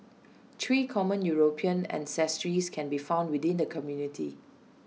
three common european ancestries can be found within the community